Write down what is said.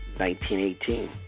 1918